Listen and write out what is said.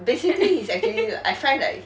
basically he's actually I find that he